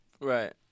Right